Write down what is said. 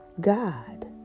God